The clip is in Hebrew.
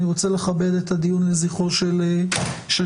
אני רוצה לכבד את הדיון לזכרו של שטרן.